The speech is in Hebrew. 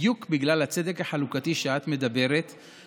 בדיוק בגלל הצדק החלוקתי שאת מדברת עליו,